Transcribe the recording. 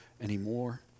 anymore